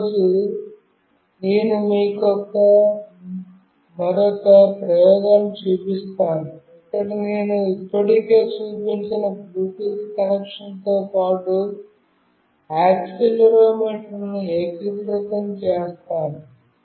ఈ రోజు నేను మీకు మరొక ప్రయోగాన్ని చూపిస్తాను ఇక్కడ నేను ఇప్పటికే చూపించిన బ్లూటూత్ కనెక్షన్తో పాటు యాక్సిలెరోమీటర్ను ఏకీకృతం చేస్తాను